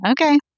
Okay